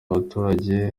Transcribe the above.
abaturage